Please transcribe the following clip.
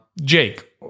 jake